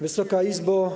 Wysoka Izbo!